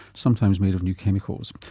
sometimes made of new chemicals.